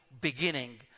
beginning